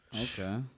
Okay